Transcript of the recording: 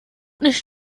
nicht